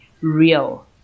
real